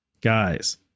guys